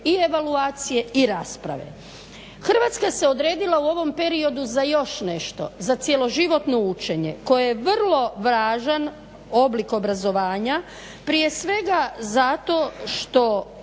Hrvatska se odredila u ovom periodu za još nešto, za cjeloživotno učenje koje je vrlo važan oblik obrazovanja, prije svega zato što